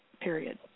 period